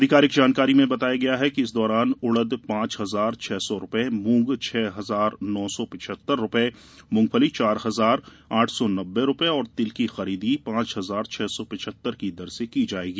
अधिकारिक जानकारी में बताया गया है कि इस दौरान उड़द पांच हजार छह सौ रूपये मूंग छह हजार नौ सौ पिचहत्तर रूपये मूंगफली चार हजार आठ सौ नब्बे रूपये और तिल की खरीदी पांच हजार छह सौ पिचहत्तर की दर से की जाएगी